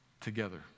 together